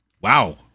Wow